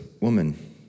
woman